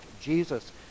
Jesus